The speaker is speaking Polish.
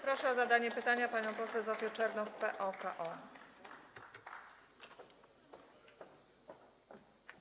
Proszę o zadanie pytania panią poseł Zofię Czernow, PO-KO.